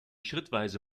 schrittweise